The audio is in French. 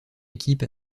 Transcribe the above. équipe